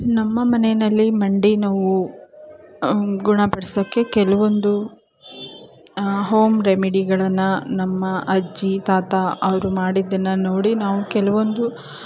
ನಮ್ಮ ಮನೆಯಲ್ಲಿ ಮಂಡಿ ನೋವು ಗುಣಪಡಿಸೋಕೆ ಕೆಲವೊಂದು ಹೋಮ್ ರೆಮೆಡಿಗಳನ್ನು ನಮ್ಮ ಅಜ್ಜಿ ತಾತ ಅವರು ಮಾಡಿದ್ದನ್ನು ನೋಡಿ ನಾವು ಕೆಲವೊಂದು